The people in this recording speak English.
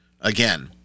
again